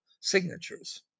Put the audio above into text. signatures